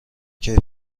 کیف